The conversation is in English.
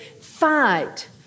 fight